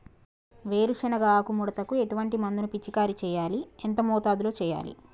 వేరుశెనగ ఆకు ముడతకు ఎటువంటి మందును పిచికారీ చెయ్యాలి? ఎంత మోతాదులో చెయ్యాలి?